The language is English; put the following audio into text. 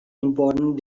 important